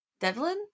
Devlin